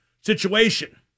situation